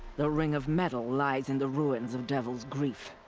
the ring of metal lies in the ruins of devil's grief.